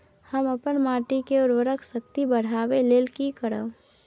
हम अपन माटी के उर्वरक शक्ति बढाबै लेल की करब?